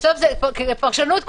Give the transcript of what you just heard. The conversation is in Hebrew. בפרשנות,